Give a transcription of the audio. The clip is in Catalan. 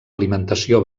alimentació